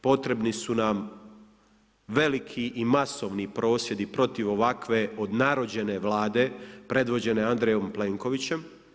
Potrebni su nam veliki i masovni prosvjedi protiv ovakve odnarođene Vlade predvođene Andrejom Plenkovićem.